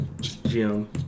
Jim